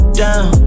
down